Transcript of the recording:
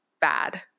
bad